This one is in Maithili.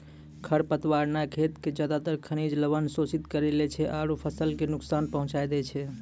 खर पतवार न खेत के ज्यादातर खनिज लवण शोषित करी लै छै आरो फसल कॅ नुकसान पहुँचाय दै छै